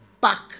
back